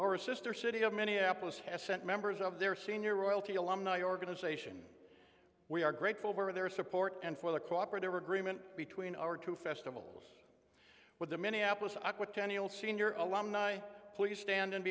or a sister city of minneapolis has sent members of their senior royalty alumni organization we are grateful for their support and for the cooperative agreement between our two festivals with the minneapolis awkward ten year old senior along ny please stand